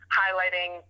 highlighting